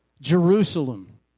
Jerusalem